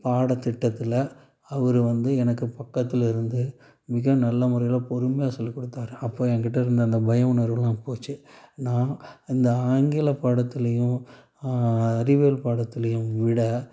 பாடத்திட்டத்தில் அவர் வந்து எனக்கு பக்கத்தில் இருந்து மிக நல்ல முறையில் பொறுமையாக சொல்லிக்கொடுத்தாரு அப்போ எங்கிட்ட இருந்த அந்த பய உணர்வெலாம் போச்சு நான் அந்த ஆங்கில பாடத்துலேயும் அறிவியல் பாடத்துலேயும் விட